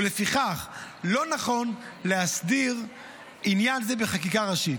ולפיכך לא נכון להסדיר עניין זה בחקיקה ראשית.